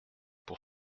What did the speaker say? pour